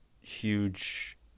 huge